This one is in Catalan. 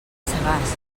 sagàs